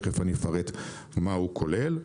תיכף אני אפרט מה הוא כולל.